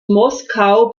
moskau